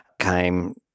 came